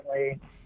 recently